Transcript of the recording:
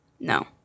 No